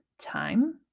time